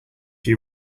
you